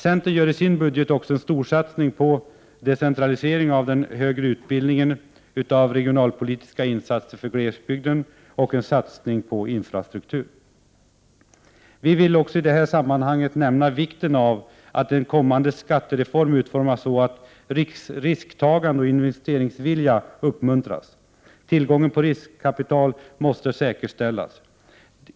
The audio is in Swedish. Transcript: Centern gör i sin budget också en storsatsning på decentralisering av den högre utbildningen och regionalpolitiska insatser för glesbygden samt en satsning på infrastruktur. Vi vill också i detta sammanhang nämna vikten av att en kommande skattereform utformas så att risktagande och investeringsvilja uppmuntras. Tillgången på riskkapital måste säkerställas.